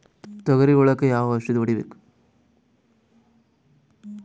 ತೊಗರಿ ಹುಳಕ ಯಾವ ಔಷಧಿ ಹೋಡಿಬೇಕು?